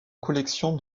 collection